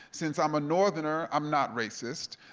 since i'm a northerner, i'm not racist,